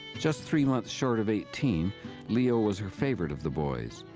just three months short of eighteen, leo was her favourite of the boys.